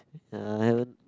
ya I haven't